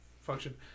function